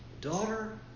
Daughter